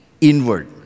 inward